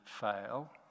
fail